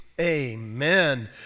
amen